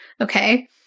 Okay